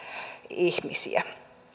ihmisiä